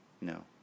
No